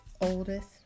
oldest